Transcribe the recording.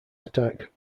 attack